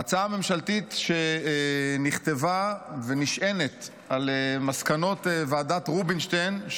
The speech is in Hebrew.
ההצעה הממשלתית נכתבה ונשענת על מסקנות ועדת רובינשטיין,